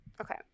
Okay